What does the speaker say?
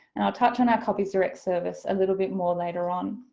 and i'll touch on our copies direct service a little bit more later on.